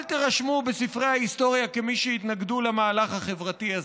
אל תירשמו בספרי ההיסטוריה כמי שהתנגדו למהלך החברתי הזה.